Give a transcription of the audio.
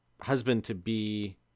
husband-to-be